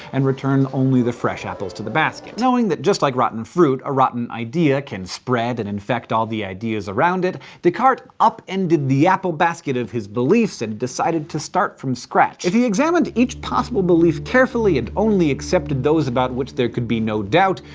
and return only the fresh apples to the basket. knowing that, just like rotten fruit, a rotten idea can spread and infect all the ideas around it, descartes up-ended the apple basket of his beliefs and decided to start from scratch. if he examined each possible belief carefully, and only accepted those about which there could be no doubt,